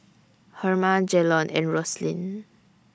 Herma Jalon and Roslyn